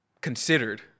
considered